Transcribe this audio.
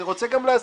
אני רוצה גם להזכיר,